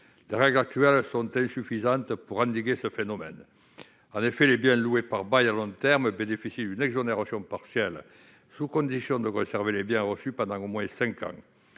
Les règles actuelles sont insuffisantes pour endiguer ce phénomène. En effet, les biens loués par bail à long terme bénéficient d'une exonération partielle sous condition de conserver les biens reçus pendant au moins cinq ans.